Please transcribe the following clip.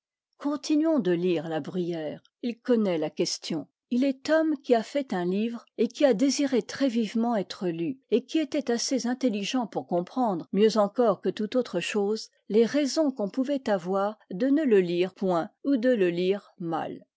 continuons de lire la bruyère il connaît la question il est homme qui a fait un livre et qui a désiré très vivement être lu et qui était assez intelligent pour comprendre mieux encore que tout autre chose les raisons qu'on pouvait avoir de ne le lire point ou de le lire mal